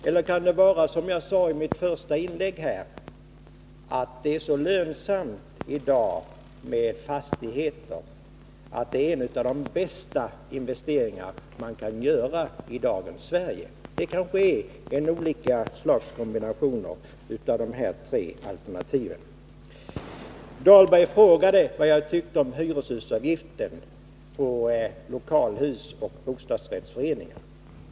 Eller kan orsaken vara den, som jag sade i mitt första inlägg, att det i dag är så lönsamt att äga fastigheter att fastighetsköp är en av de bästa investeringar man kan göra i dagens Sverige? Orsaken kanske kan vara olika slags kombinationer av dessa tre alternativ. Rolf Dahlberg frågade vad jag tyckte om hyreshusavgiften på lokalhus och bostadsrättsföreningar.